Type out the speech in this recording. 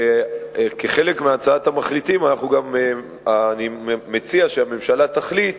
כחלק מהצעת המחליטים אני מציע שהממשלה תחליט